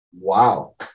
Wow